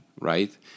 right